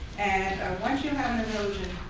and once you have an erosion,